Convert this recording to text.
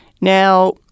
Now